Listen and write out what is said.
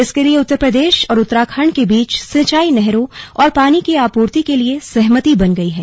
इसके लिए उत्तर प्रदेश और उत्तराखण्ड के बीच सिंचाई नहरों और पानी की आपूर्ति के लिए सहमति बन गई है